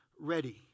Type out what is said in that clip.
ready